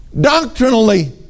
doctrinally